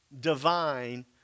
Divine